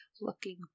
looking